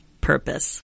purpose